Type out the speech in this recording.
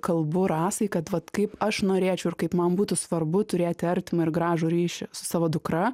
kalbu rasai kad vat kaip aš norėčiau ir kaip man būtų svarbu turėti artimą ir gražų ryšį su savo dukra